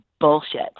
bullshit